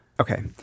Okay